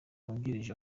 wungirije